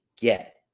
get